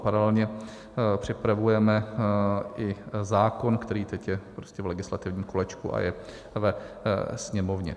Paralelně připravujeme i zákon, který teď je prostě v legislativním kolečku a je ve Sněmovně.